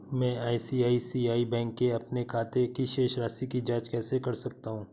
मैं ICICI bank के अपने खाते की शेष राशि की जाँच कैसे कर सकता हूँ?